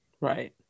right